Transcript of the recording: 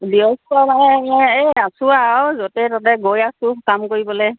এই আছোঁ আৰু য'তে ত'তে গৈ আছোঁ কাম কৰিবলে